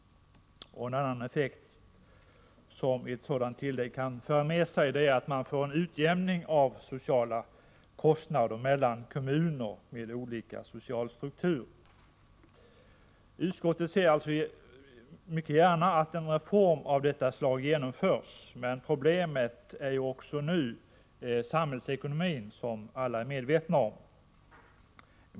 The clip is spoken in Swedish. En annan effekt som ett sådant tillägg kan föra med sig är att man får en utjämning av sociala kostnader mellan kommuner med olika social struktur. Utskottet ser alltså mycket gärna att en reform av detta slag genomförs, men problemet är också nu samhällsekonomin, som alla är medvetna om.